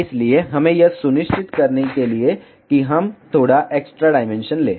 इसलिए हमें यह सुनिश्चित करने के लिए कि हम थोड़ा एक्स्ट्रा डायमेंशन लें